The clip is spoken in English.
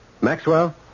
Maxwell